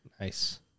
Nice